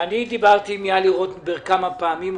אני דיברתי עם יהלי רוטנברג כמה פעמים,